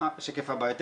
למרציאנו, בעקבות הבוקר.